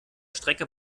strecke